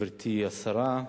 גברתי השרה,